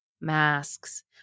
masks